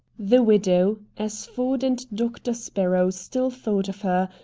the widow, as ford and doctor sparrow still thought of her,